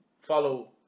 Follow